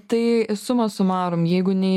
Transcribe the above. tai suma sumarum jeigu nei